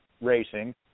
racing